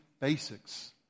basics